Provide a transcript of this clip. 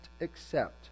accept